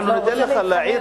אנחנו ניתן לך להעיר,